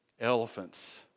elephants